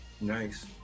Nice